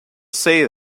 say